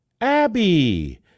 abby